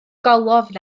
golofn